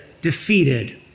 defeated